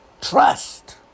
Trust